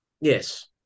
yes